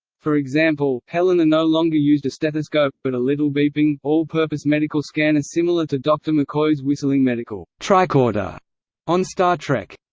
for example, helena no longer used a stethoscope, but a little beeping, all-purpose medical scanner similar to dr mccoy's whistling medical tricorder on star trek.